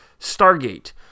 Stargate